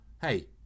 Hey